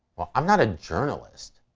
i'm not a journalist,